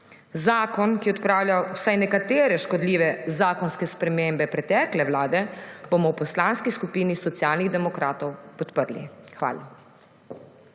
Zakon, ki odpravlja vsaj nekatere škodljive zakonske spremembe pretekle vlade, bomo v Poslanski skupini Socialnih demokratov podprli. Hvala.